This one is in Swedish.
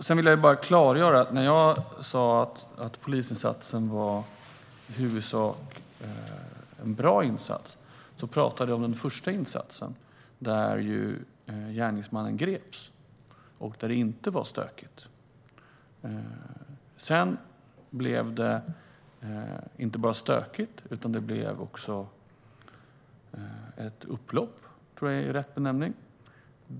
Sedan vill jag bara klargöra en sak: När jag sa att polisinsatsen i huvudsak var en bra insats pratade jag om den första insatsen, där gärningsmannen greps och där det inte var stökigt. Sedan blev det inte bara stökigt, utan det blev också ett upplopp - det tror jag är rätt benämning.